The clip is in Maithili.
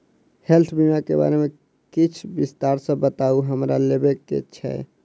हेल्थ बीमा केँ बारे किछ विस्तार सऽ बताउ हमरा लेबऽ केँ छयः?